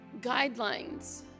guidelines